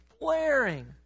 flaring